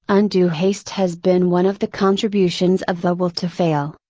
undue haste has been one of the contributions of the will to fail,